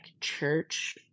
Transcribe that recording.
church